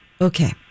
Okay